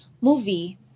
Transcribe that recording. movie